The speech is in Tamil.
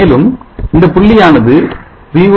மேலும் இந்த புள்ளியானது Voc